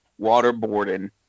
waterboarding